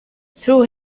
through